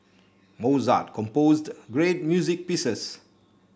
Mozart composed great music pieces